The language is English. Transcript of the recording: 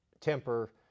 temper